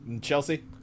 Chelsea